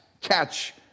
catch